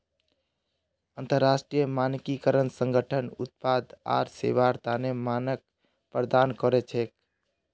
अंतरराष्ट्रीय मानकीकरण संगठन उत्पाद आर सेवार तने मानक प्रदान कर छेक